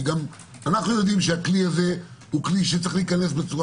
כי אנחנו יודעים שהכלי הזה צריך להיכנס בצורה